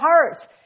hearts